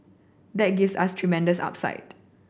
that gives us tremendous upside